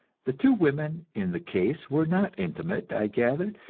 the two women in the case were not intimate, i gathered,